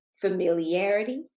familiarity